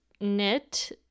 knit